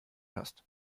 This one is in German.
hast